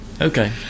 Okay